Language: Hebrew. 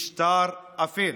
משטר אפל.